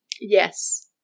Yes